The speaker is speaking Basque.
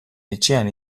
etxean